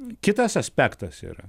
kitas aspektas yra